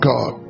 God